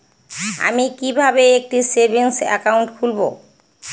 আমি কিভাবে একটি সেভিংস অ্যাকাউন্ট খুলব?